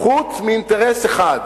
חוץ מאינטרס אחד: